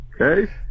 Okay